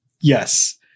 Yes